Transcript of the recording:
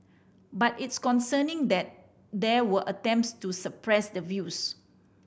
but it's concerning that there were attempts to suppress the views